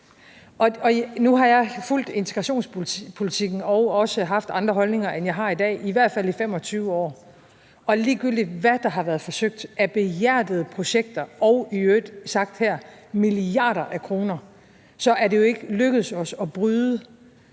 nu har jeg fulgt integrationspolitikken og også haft andre holdninger, end jeg har i dag, i hvert fald i 25 år. Og ligegyldigt hvad der har været forsøgt af behjertede projekter – og i øvrigt sagt her: som har kostet milliarder af kroner – så er det jo ikke lykkedes os at bryde